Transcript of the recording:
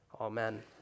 amen